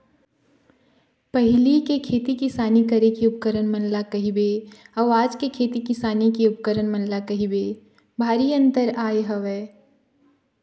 पहिली के खेती किसानी करे के उपकरन मन ल कहिबे अउ आज के खेती किसानी के उपकरन मन ल कहिबे भारी अंतर आय हवय